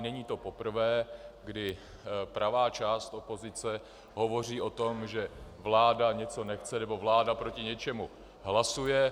Není to poprvé, kdy pravá část opozice hovoří o tom, že vláda něco nechce nebo vláda proti něčemu hlasuje.